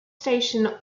station